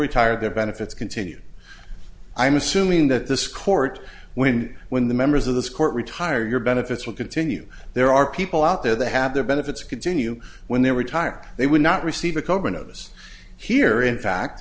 retire their benefits continue i'm assuming that this court when when the members of this court retire your benefits will continue there are people out there that have their benefits continue when they retire they would not receive